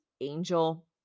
angel